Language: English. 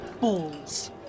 balls